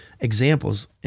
examples